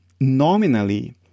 nominally